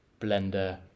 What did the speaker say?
blender